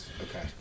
Okay